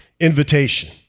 invitation